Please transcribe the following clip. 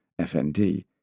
FND